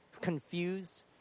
confused